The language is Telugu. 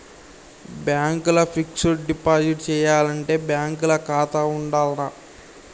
బ్యాంక్ ల ఫిక్స్ డ్ డిపాజిట్ చేయాలంటే బ్యాంక్ ల ఖాతా ఉండాల్నా?